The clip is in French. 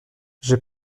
j’ai